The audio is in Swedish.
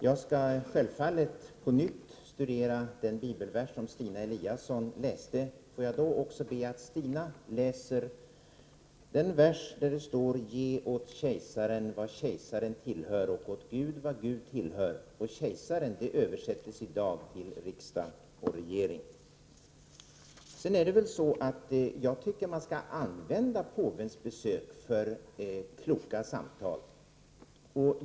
Jag skall självfallet på nytt studera den bibelvers som Stina Eliasson läste. Får jag då också be att Stina Eliasson läser den vers där det står: Ge åt kejsaren vad kejsaren tillhör och åt Gud vad Gud tillhör. ”Kejsaren” översätts i dag till riksdag och regering. Sedan tycker jag att man skall använda påvens besök för kloka samtal.